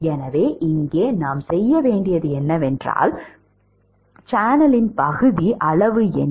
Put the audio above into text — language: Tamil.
எனவே இங்கு நாம் செய்ய வேண்டியது என்னவென்றால் சேனலின் பகுதி அளவு என்ன